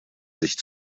sich